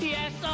Yes